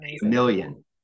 million